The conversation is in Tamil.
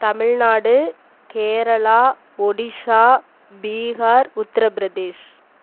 தமிழ்நாடு கேரளா ஒடிசா பீகார் உத்திரப்பிரதேஷ்